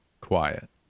quiet